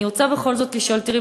אני רוצה בכל זאת לשאול: תראי,